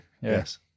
Yes